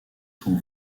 son